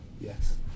Yes